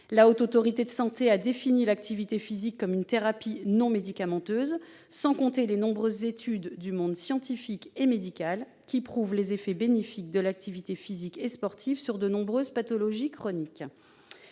La Haute Autorité de santé, la HAS, a défini l'activité physique comme une « thérapie non médicamenteuse », sans compter les nombreuses études du monde scientifique et médical qui prouvent les effets bénéfiques de l'activité physique et sportive sur de nombreuses pathologies chroniques.